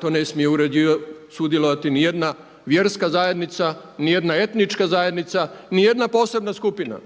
to ne smije sudjelovati ni jedna vjerska zajednica, ni jedna etnička zajednica, ni jedna posebna skupina.